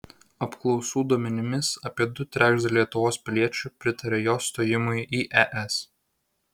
apklausų duomenimis apie du trečdaliai lietuvos piliečių pritaria jos stojimui į es